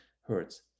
Hertz